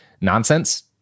nonsense